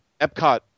Epcot